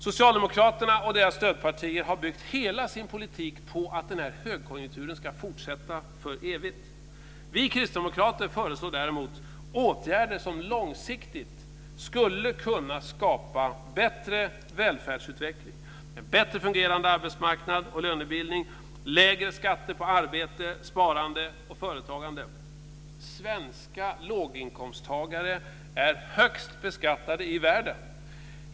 Socialdemokraterna och deras stödpartier har byggt hela sin politik på att högkonjunkturen ska fortsätta för evigt. Vi kristdemokrater föreslår däremot åtgärder som långsiktigt skulle kunna skapa bättre välfärdsutveckling med bättre fungerande arbetsmarknad och lönebildning och med lägre skatter på arbete, sparande och företagande. Svenska låginkomsttagare är högst beskattade i världen.